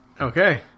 Okay